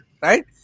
right